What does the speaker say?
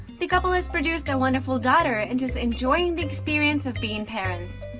the couple has produced a wonderful daughter and is enjoying the experience of being parents.